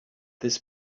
this